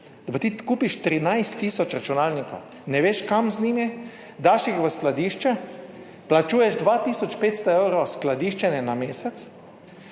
Da pa ti kupiš 13 tisoč računalnikov, ne veš, kam z njimi, daš jih v skladišče, plačuješ 2 tisoč 500 evrov skladiščenje na mesec,